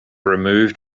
removed